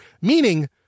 meaning